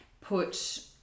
put